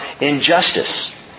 Injustice